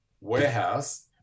warehouse